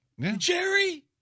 Jerry